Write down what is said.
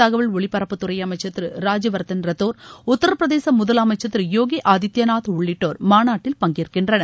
தகவல் ஒலிபரப்புத்துறை அமைச்சர் திரு ராஜ்யவர்தன் ரத்தோர் உத்தரபிரதேச முதலமைச்சர் திரு யோகி ஆதித்யநாத் உள்ளிட்டோர் மாநாட்டில் பங்கேற்கின்றனர்